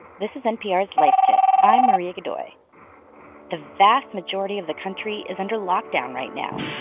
this is npr's life kit. i'm maria godoy the vast majority of the country is under lockdown right now,